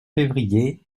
février